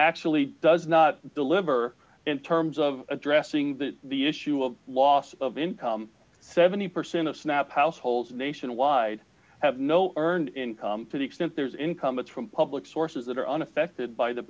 actually does not deliver in terms of addressing the the issue of loss of income seventy percent of snap households nationwide have no earned income to the extent there's income but from public sources that are unaffected by the